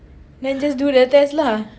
then just do the test lah